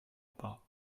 pas